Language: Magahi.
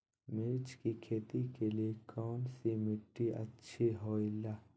मिर्च की खेती के लिए कौन सी मिट्टी अच्छी होईला?